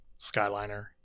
Skyliner